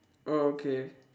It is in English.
okay